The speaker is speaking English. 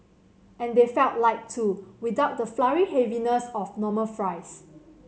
and they felt light too without the floury heaviness of normal fries